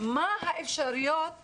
מה האפשרויות